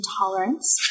tolerance